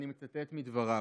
אני מצטט מדבריו: